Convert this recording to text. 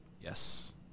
yes